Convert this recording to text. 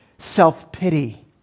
Self-pity